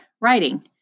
writing